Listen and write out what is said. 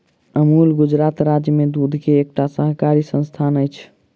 अमूल गुजरात राज्य में दूध के एकटा सहकारी संस्थान अछि